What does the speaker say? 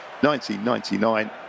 1999